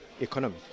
economy